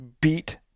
beat